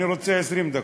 אני רוצה 20 דקות.